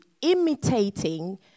imitating